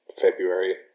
February